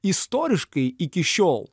istoriškai iki šiol